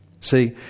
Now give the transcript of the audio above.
see